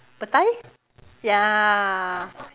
petai ya